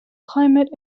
climate